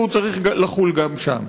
והוא צריך לחול גם שם.